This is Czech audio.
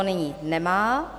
Nyní nemá.